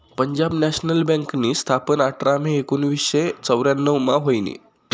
Punjab national बँकनी स्थापना आठरा मे एकोनावीसशे चौर्यान्नव मा व्हयनी